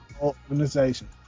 organization